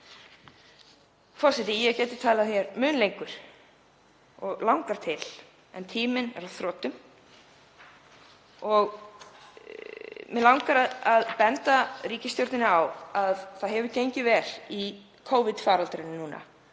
Forseti. Ég gæti talað hér mun lengur og langar til en tíminn er á þrotum og mig langar að benda ríkisstjórninni á að það hefur gengið vel í Covid-faraldrinum.